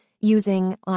using